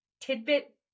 tidbit